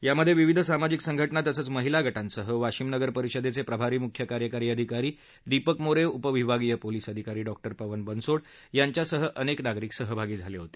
यामध्ये विविध सामाजिक संघटना तसंच महिला गटांसह वाशिम नगर परिषदेचे प्रभारी मुख्य कार्यकारी अधिकारी दीपक मोरे उपविभागीय पोलीस अधिकारी डॉ पवन बनसोड यांच्यासह अनेक नागरिक सहभागी झाले होते